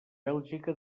bèlgica